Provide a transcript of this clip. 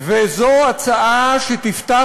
וזו הצעה שתפתח,